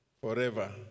forever